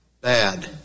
Bad